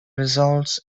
results